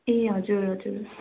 ए हजुर हजुर